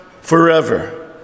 forever